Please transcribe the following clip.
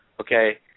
Okay